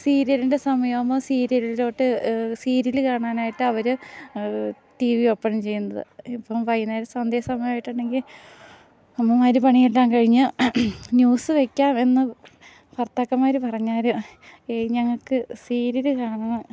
സീരിയലിൻ്റെ സമയാവുമ്പോൾ സീരിയലിലോട്ട് സീരിയല് കാണാനായിട്ടവർ ടി വി ഓപ്പൺ ചെയ്യുന്നത് ഇപ്പം വൈകുന്നേരം സന്ധ്യാസമയം ആയിട്ടുണ്ടെങ്കിൽ അമ്മമാർ പണിയെല്ലാം കഴിഞ്ഞ് ന്യൂസ് വെക്കാമെന്ന് ഭർത്താക്കന്മാർ പറഞ്ഞാൽ ഏയ് ഞങ്ങൾക്ക് സീര്യല് കാണണം